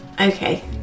Okay